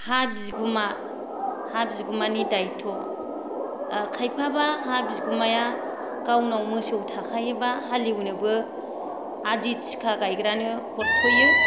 हा बिगोमा हा बिगोमानि दायथ' खायफाबा हा बिगोमाया गावनाव मोसौ थाखायोबा हालेवनोबो आदि थिखा गायग्रानो हरथ'यो